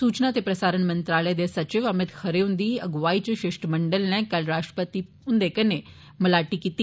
सूचना ते प्रसारण मंत्रालय दे सचिव अमित खर्रे हुंदी अगुवाई च शिष्टमंडल नै कल राष्ट्रपति हुंदे कन्नै मलाटी कीती